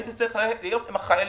הייתי צריך להיות עם החיילים,